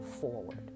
forward